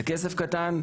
זה כסף קטן.